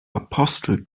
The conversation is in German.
apostel